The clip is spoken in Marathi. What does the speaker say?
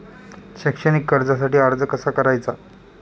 शैक्षणिक कर्जासाठी अर्ज कसा करायचा?